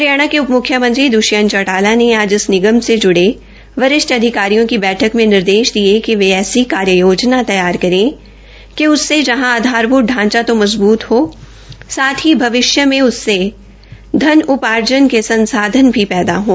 हरियाणा के उपमुख्यमंत्री श्री दृष्यंत चौटाला ने आज इस निगम से जुड़े वरिष्ठ अधिकारियों की बैठक में निर्देश दिए कि वे ऐसी कार्य योजना तैयार करें कि उससे जहां आधारभूत ढ़ांचा तो मजबूत हो साथ ही भविष्य में उससे धन उपार्जन के संसाधन भी पैदा हों